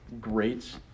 greats